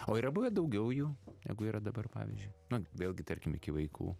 o yra buvę daugiau jų negu yra dabar pavyzdžiui na vėlgi tarkim iki vaikų